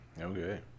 Okay